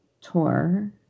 tour